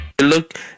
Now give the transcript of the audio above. look